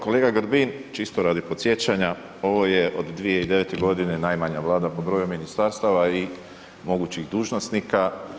Kolega Grbin, čisto radi podsjećanja, ovo je od 2009. g. najmanja Vlada po broju ministarstava i mogućih dužnosnika.